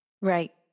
Right